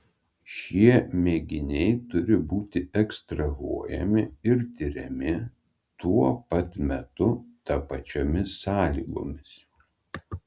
šie mėginiai turi būti ekstrahuojami ir tiriami tuo pat metu tapačiomis sąlygomis